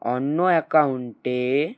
অন্য অ্যাকাউন্টে